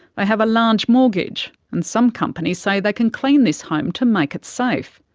have a large mortgage, and some companies say they can clean this home to make it safe.